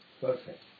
perfect